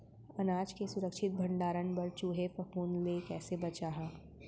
अनाज के सुरक्षित भण्डारण बर चूहे, फफूंद ले कैसे बचाहा?